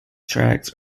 tracks